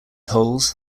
holes